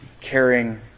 caring